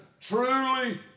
truly